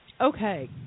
Okay